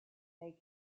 they